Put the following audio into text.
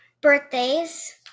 Birthdays